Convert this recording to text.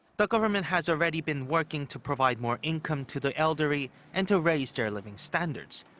but government has already been working to provide more income to the elderly and to raise their living standards,